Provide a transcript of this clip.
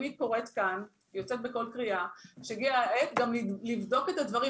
אני יוצאת בקול קריאה שהגיעה העת לבדוק את הדברים